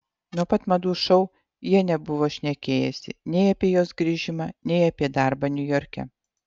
nuo pat madų šou jie nebuvo šnekėjęsi nei apie jos grįžimą nei apie darbą niujorke